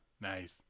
nice